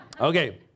Okay